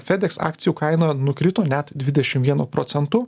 fedex akcijų kaina nukrito net dvidešim vienu procentu